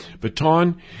baton